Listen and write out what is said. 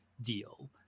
deal